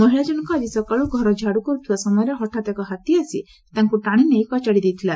ମହିଳା ଜଣଙ୍କ ଆଜି ସକାଳୁ ଘର ଝାଡୁ କର୍ଥିବା ସମୟରେ ହଠାତ୍ ଏକ ହାତୀ ଆସି ତାଙ୍କୁ ଟାଶି ନେଇ କଚାଡି ମାରିଦେଇଥିଲା